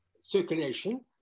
circulation